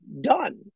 done